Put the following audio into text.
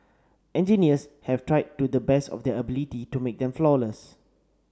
engineers have tried to the best of their ability to make them flawless